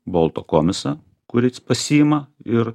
bolto komisą kuris pasiima ir